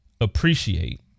appreciate